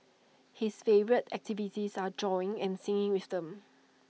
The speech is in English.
his favourite activities are drawing and singing with them